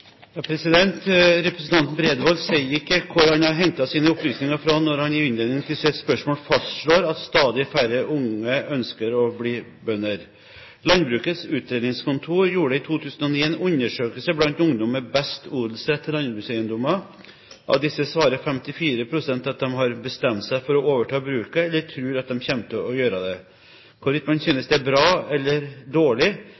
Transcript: Representanten Bredvold sier ikke hvor han har hentet sine opplysninger fra når han i innledningen til sitt spørsmål fastslår at stadig færre unge ønsker å bli bønder. Landbrukets Utredningskontor gjorde i 2009 en undersøkelse blant ungdom med best odelsrett til landbrukseiendommer. Av disse svarer 54 pst. at de har bestemt seg for å overta bruket eller tror at de kommer til å gjøre det. Hvorvidt man